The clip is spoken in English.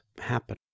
happen